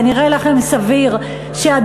זה נראה לכם סביר שעדיין,